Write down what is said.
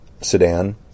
sedan